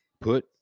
Put